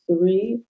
three